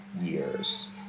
Years